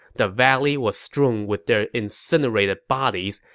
the valley was strewn with their incinerated bodies,